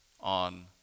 on